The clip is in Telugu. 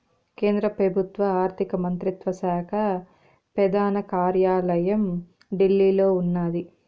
కేంద్ర పెబుత్వ ఆర్థిక మంత్రిత్వ శాక పెదాన కార్యాలయం ఢిల్లీలో ఉన్నాది